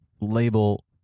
label